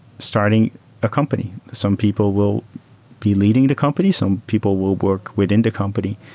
starting a company. some people will be leading the company. some people will work within the company.